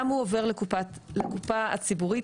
גם הוא עובר לקופה הציבורית,